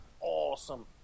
awesome